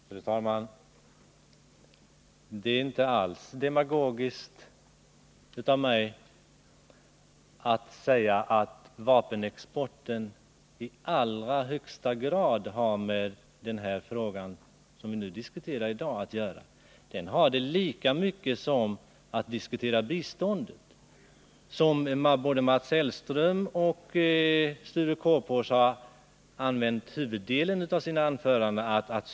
Fru talman! Det är inte alls demagogiskt av mig att säga att vapenexporten i allra högsta grad har med den fråga som vi nu diskuterar att göra. Det är lika viktigt att diskutera den som att diskutera biståndsfrågan, som både Mats Hellström och Sture Korpås har använt huvuddelen av sina anföranden till.